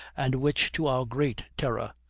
and which, to our great terror,